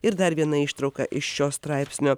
ir dar viena ištrauka iš šio straipsnio